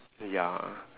ya